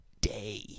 day